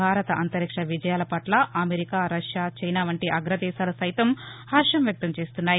భారత అంతరిక్ష విజయాల పట్ల అమెరికా రష్యా చైనా వంటి అగ్రదేశాలు సైతం హర్టం వ్యక్తం చేస్తున్నాయి